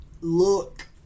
look